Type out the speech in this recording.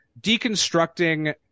deconstructing